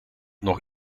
nog